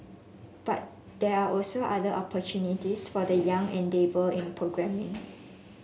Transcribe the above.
but there are also other opportunities for the young and dabble in programming